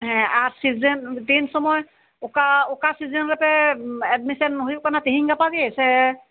ᱟᱨ ᱥᱤᱡᱤᱱ ᱛᱤᱱ ᱥᱚᱢᱚᱭ ᱚᱠᱟ ᱥᱤᱡᱤᱱ ᱨᱮᱯᱮ ᱮᱰᱢᱤᱥᱚᱱ ᱦᱩᱭᱩᱜ ᱠᱟᱱᱟ ᱛᱤᱦᱤᱧᱼᱜᱟᱯᱟ ᱜᱮ ᱥᱮ